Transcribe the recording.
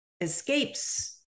escapes